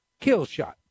Killshot